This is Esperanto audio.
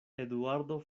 eduardo